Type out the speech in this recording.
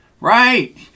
Right